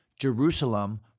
Jerusalem